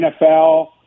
NFL